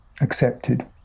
accepted